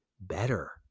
better